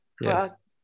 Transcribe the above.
Yes